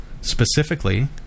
specifically